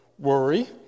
worry